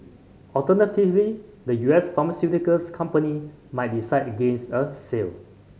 alternatively the U S pharmaceuticals company might decide against a sale